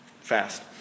fast